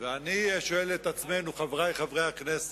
ואני שואל את עצמנו, חברי חברי הכנסת,